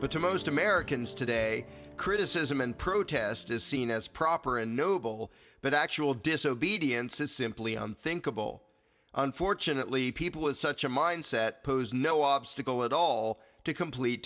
but to most americans today criticism and protest is seen as proper and noble but actual disobedience is simply unthinkable unfortunately people with such a mindset pose no obstacle at all to complete